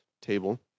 table